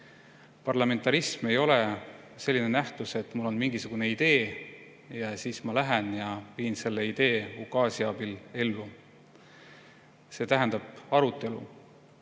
Parlamentarism ei ole selline nähtus, et mul on mingisugune idee ja siis ma lähen ja viin selle idee ukaasi abil ellu. [Parlamentarism] tähendab arutelu.